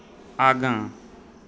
आगाँ